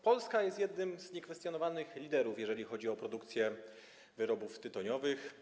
Polska jest jednym z niekwestionowanych liderów, jeżeli chodzi o produkcję wyrobów tytoniowych.